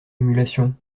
émulation